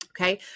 Okay